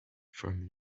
from